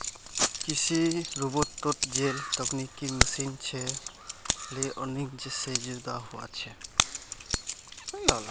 कृषि रोबोतोत जेल तकनिकी मशीन छे लेअर्निंग से जुदा हुआ छे